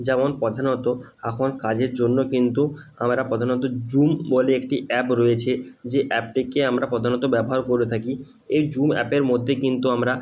যেমন প্রধানত এখন কাজের জন্য কিন্তু আমরা প্রধানত জুম বলে একটি অ্যাপ রয়েছে যে অ্যাপটিকে আমরা প্রধানত ব্যবহার করে থাকি এই জুম অ্যাপের মধ্যে কিন্তু আমরা